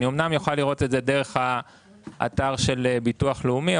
אמנם אני אוכל לראות את זה דרך האתר של הביטוח הלאומי,